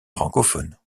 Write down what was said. francophone